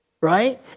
right